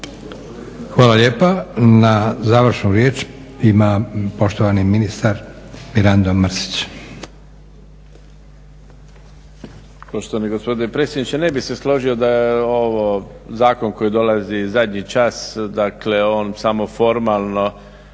Hvala lijepa. Na završnu riječ ima poštovani ministar Mirando Mrsić.